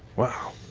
wow,